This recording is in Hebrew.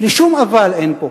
שום "אבל" אין פה.